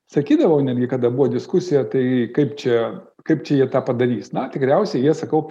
sakydavau netgi kada buvo diskusija tai kaip čia kaip čia jie tą padarys na tikriausiai jie sakau